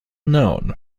known